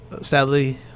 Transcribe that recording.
Sadly